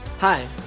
Hi